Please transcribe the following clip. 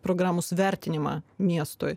programos vertinimą miestui